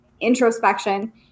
introspection